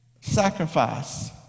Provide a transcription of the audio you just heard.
sacrifice